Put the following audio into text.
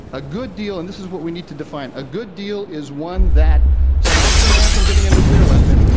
a good deal and this is what we need to define a good deal is one that stops iran from getting a nuclear weapon,